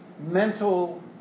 mental